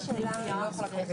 ננעלה בשעה